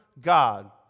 God